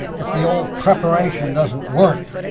if the old preparation doesn't work,